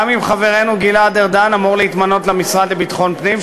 גם אם חברנו גלעד ארדן אמור להתמנות למשרד לביטחון פנים,